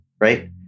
right